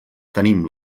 tenim